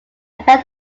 about